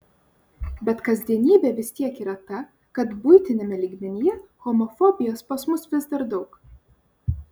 bet kasdienybė vis tiek yra ta kad buitiniame lygmenyje homofobijos pas mus vis dar daug